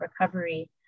recovery